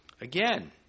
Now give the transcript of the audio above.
Again